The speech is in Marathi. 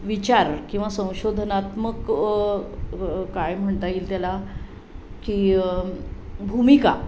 विचार किंवा संशोधनात्मक काय म्हणता येईल त्याला की भूमिका